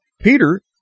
Peter